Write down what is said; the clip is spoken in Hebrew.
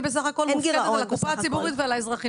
אני בסך הכול מופקדת על הקופה הציבורית ועל האזרחים.